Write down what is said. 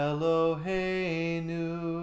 Eloheinu